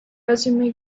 resume